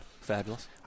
Fabulous